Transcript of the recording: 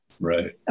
Right